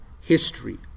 history